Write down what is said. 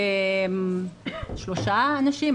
שלושה אנשים,